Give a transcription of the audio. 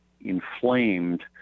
inflamed